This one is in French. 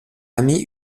amis